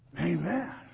Amen